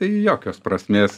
tai jokios prasmės